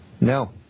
No